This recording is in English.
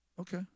Okay